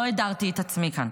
לא האדרתי את עצמי כאן.